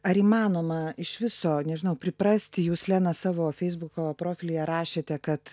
ar įmanoma iš viso nežinau priprasti jūs lena savo feisbuko profilyje rašėte kad